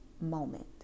moment